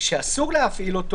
שאסור להפעיל,